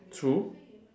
true